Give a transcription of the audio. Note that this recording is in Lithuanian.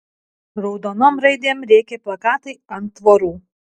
raudonom raidėm rėkė plakatai ant tvorų